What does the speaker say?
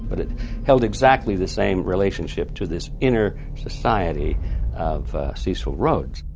but it held exactly the same relationship to this inner society of cecil rhodes.